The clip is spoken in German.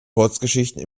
kurzgeschichten